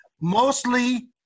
mostly